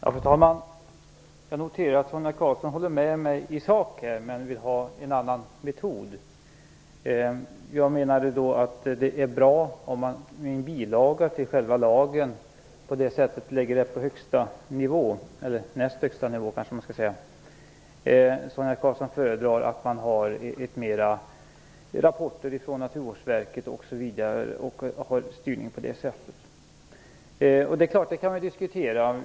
Fru talman! Jag noterar att Sonia Karlsson håller med mig i sak men vill ha en annan metod. Jag menar att det är bra om man genom en bilaga till lagen lägger in detta på högsta nivå, eller kanske näst högsta nivå. Sonia Karlsson föredrar en styrning via rapportering från Naturvårdsverket. Det är klart att vi kan diskutera detta.